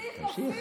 תוסיף, תוסיף,